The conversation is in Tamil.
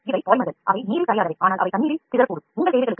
இவை நீரில் கரையாத ஆனால் நீரில் சிதறக்கூடிய பாலிமர்கள்